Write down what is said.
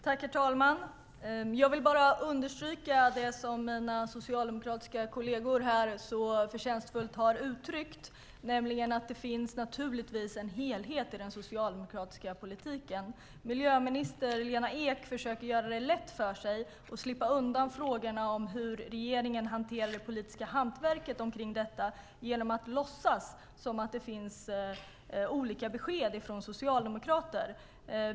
Herr talman! Jag vill understryka det som mina socialdemokratiska kolleger här så förtjänstfullt har uttryckt, nämligen att det naturligtvis finns en helhet i den socialdemokratiska politiken. Miljöminister Lena Ek försöker göra det lätt för sig och slippa undan frågorna om hur regeringen hanterar det politiska hantverket kring detta genom att låtsas som att det finns olika besked från oss socialdemokrater.